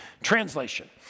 Translation